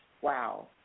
Wow